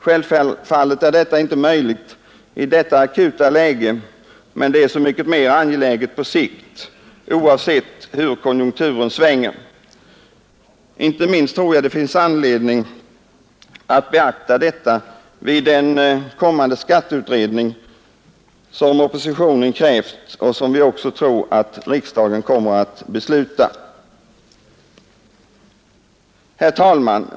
Självfallet är detta inte möjligt i detta akuta läge, men det är så mycket mer angeläget på sikt, oavsett hur konjunkturen svänger. Inte minst tror jag att det finns anledning att beakta detta vid den kommande skatteutredning som oppositionen krävt och som vi också tror att riksdagen kommer att besluta. Herr talman!